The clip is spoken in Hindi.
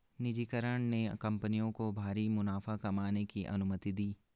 निजीकरण ने कंपनियों को भारी मुनाफा कमाने की अनुमति दी